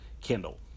Kindle